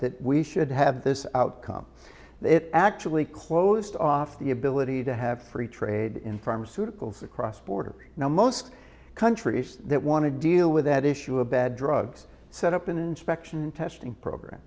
that we should have this outcome that actually closed off the ability to have free trade in pharmaceuticals across borders now most countries that want to deal with that issue a bad drugs set up an inspection testing program